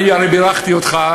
אני הרי בירכתי אותך,